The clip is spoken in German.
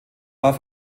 war